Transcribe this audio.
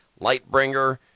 Lightbringer